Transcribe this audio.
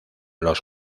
los